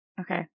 Okay